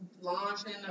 launching